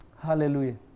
Hallelujah